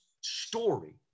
story